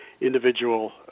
individual